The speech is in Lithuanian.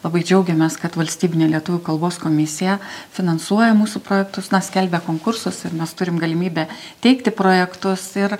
labai džiaugiamės kad valstybinė lietuvių kalbos komisija finansuoja mūsų projektus na skelbia konkursus ir mes turim galimybę teikti projektus ir